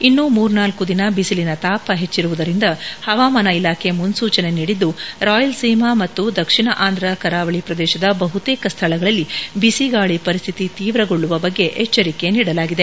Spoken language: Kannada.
ಇನ್ನೂ ಮೂರ್ನಾಲ್ಕು ದಿನ ಬಿಸಿಲಿನ ತಾಪ ಹೆಚ್ಚಿರುವುದೆಂದು ಹವಾಮಾನ ಇಲಾಖೆ ಮುನ್ಸೂಚನೆ ನೀಡಿದ್ದು ರಾಯಲ್ಸೀಮಾ ಮತ್ತು ದಕ್ಷಿಣ ಆಂಧ್ರ ಕರಾವಳಿ ಪ್ರದೇಶದ ಬಹುತೇಕ ಸ್ಥಳಗಳಲ್ಲಿ ಬಿಸಿ ಗಾಳಿ ಪರಿಸ್ಥಿತಿ ತೀವ್ರಗೊಳ್ಳುವ ಬಗ್ಗೆ ಎಚ್ಚರಿಕೆ ನೀಡಲಾಗಿದೆ